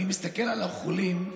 אני מסתכל על החולים,